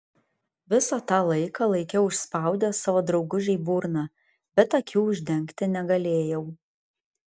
visą tą laiką laikiau užspaudęs savo draugužei burną bet akių uždengti negalėjau